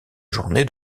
journée